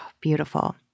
beautiful